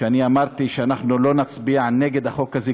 שאני אמרתי שאנחנו לא נצביע נגד החוק הזה,